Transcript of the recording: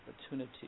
opportunity